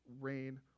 rain